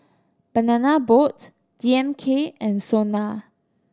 Banana Boat D M K and SONA